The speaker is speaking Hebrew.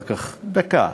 דקה,